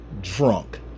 drunk